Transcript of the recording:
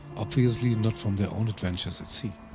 obviously not from their own adventures at sea.